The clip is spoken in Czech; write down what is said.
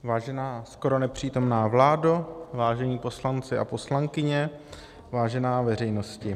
Vážená skoro nepřítomná vládo, vážení poslanci a poslankyně, vážená veřejnosti.